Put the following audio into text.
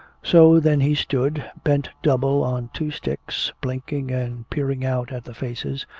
so then he stood, bent double on two sticks, blinking and peering out at the faces,